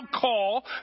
call